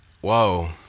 whoa